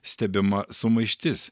stebima sumaištis